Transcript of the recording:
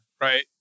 right